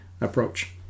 approach